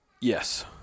Yes